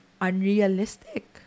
unrealistic